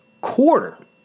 quarter